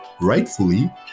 rightfully